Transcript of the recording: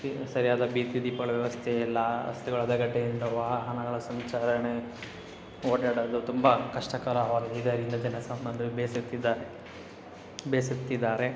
ಈ ಸರಿಯಾದ ಬೀದಿ ದೀಪಗಳ ವ್ಯವಸ್ಥೆ ಇಲ್ಲ ರಸ್ತೆಗಳು ಹದಗೆಟ್ಟಿನಿಂದ ವಾಹನಗಳ ಸಂಚಾಲನೆ ಓಡಾಡಲು ತುಂಬ ಕಷ್ಟಕರವಾಗಿದೆ ಇದರಿಂದ ಜನಸಾಮಾನ್ಯರು ಬೇಸತ್ತಿದ್ದಾರೆ ಬೇಸತ್ತಿದ್ದಾರೆ